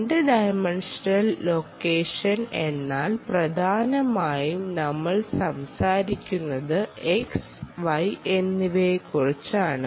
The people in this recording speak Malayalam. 2 ഡൈമൻഷണൽ ലൊക്കേഷൻ എന്നാൽ പ്രധാനമായും നമ്മൾ സംസാരിക്കുന്നത് X y എന്നിവയെക്കുറിച്ചാണ്